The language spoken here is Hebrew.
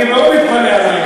אני מאוד מתפלא עלייך.